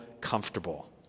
comfortable